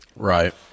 Right